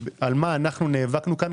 על מה אנחנו נאבקנו כאן,